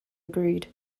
agreed